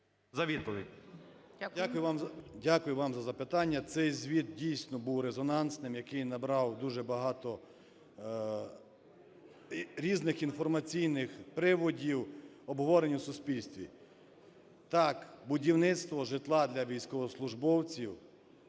Дякую вам за запитання. Цей звіт, дійсно, був резонансним, який набрав дуже багато різних інформаційних приводів, обговорення в суспільстві. Так, будівництво житла для військовослужбовців,